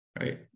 Right